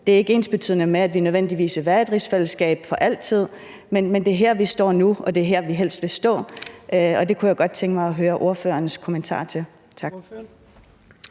Det er ikke ensbetydende med, at vi nødvendigvis vil være i et rigsfællesskab for altid, men det er her, vi står nu, og det er her, vi helst vil stå, og det kunne jeg godt tænke mig at høre ordførerens kommentar til. Tak.